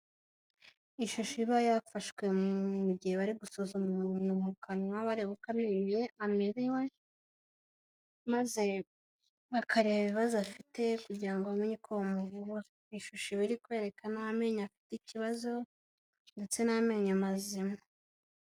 Ishusho iba yafashwe mu gihe bari gusuzumwa umuntu mu kanwa bareba uko amenyo ye amerewe, maze bakareba ibibazo afite kugira ngo bamenye uko bamuvura. Iyi shusho iba iri kwerekana amenyo afite ikibazo ndetse n'amenyo mazima.